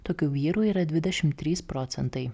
tokių vyrų yra dvidešim trys procentai